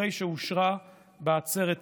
אחרי שאושרה בעצרת האו"ם.